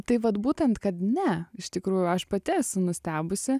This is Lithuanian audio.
tai vat būtent kad ne iš tikrųjų aš pati esu nustebusi